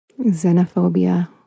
xenophobia